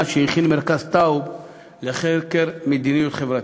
שהכין מרכז טאוב לחקר מדיניות חברתית.